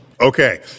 Okay